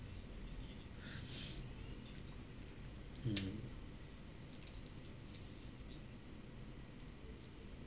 mm